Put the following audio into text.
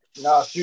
No